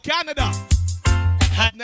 Canada